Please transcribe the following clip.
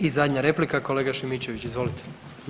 I zadnja replika, kolega Šimičević izvolite.